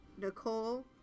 Nicole